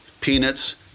peanuts